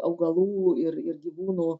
augalų ir ir gyvūnų